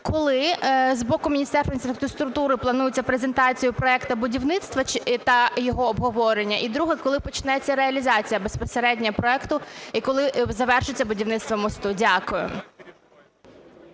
Коли з боку Міністерства інфраструктури планується презентація проекту будівництва та його обговорення. І друге. Коли почнеться реалізація безпосередньо проекту і коли завершиться будівництво мосту? Дякую.